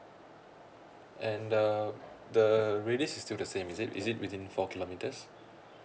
and the the radius is still the same is it is it within four kilometres